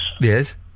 Yes